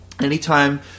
Anytime